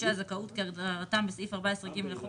וחודשי הזכאות כהגדרתם בסעיף 14ג לחוק